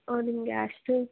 ಹ್ಞೂ ನಿಮಗೆ ಅಷ್ಟು